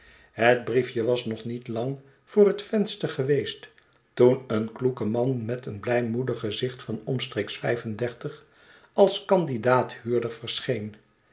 het briefje was nog niet lang voor het venster geweest toen een kloeke man met een blijmoedig gezicht van omstreeks vijfendertig als kandidaat huurder verscheem